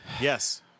Yes